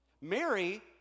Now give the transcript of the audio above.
Mary